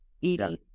eating